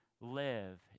live